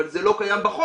אבל זה לא קיים בחוק,